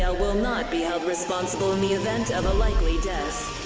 yeah will not be held responsible in the event of a likely death.